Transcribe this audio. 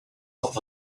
help